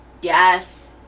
Yes